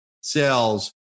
Sales